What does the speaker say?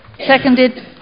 Seconded